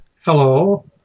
Hello